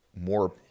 more